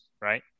right